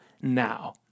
now